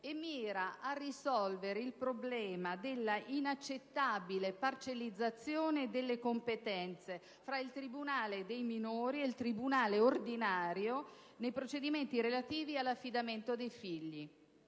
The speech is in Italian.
e mira a risolvere il problema della inaccettabile parcellizzazione delle competenze fra il tribunale dei minori e il tribunale ordinario nei procedimenti relativi all'affidamento dei figli;